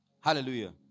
Hallelujah